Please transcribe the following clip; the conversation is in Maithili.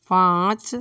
पाँच